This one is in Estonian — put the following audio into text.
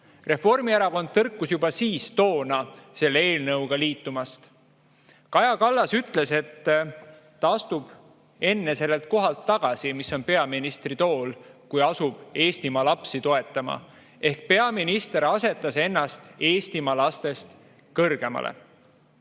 Reformierakond tõrkus juba toona selle eelnõuga liitumast. Kaja Kallas ütles, et ta astub enne peaministri kohalt tagasi, kui asub Eestimaa lapsi toetama, ehk peaminister asetas ennast Eestimaa lastest kõrgemale.